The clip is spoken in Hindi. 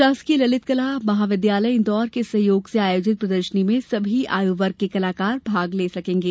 शासकीय ललित कला महाविद्यालय इंदौर के सहयोग से आयोजित प्रदर्शनी में सभी आयु वर्ग के कलाकार भाग ले सकेंगे